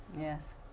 yes